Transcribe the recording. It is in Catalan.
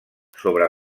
sobre